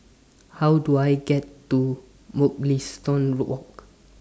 How Do I get to Mugliston Walk